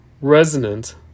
resonant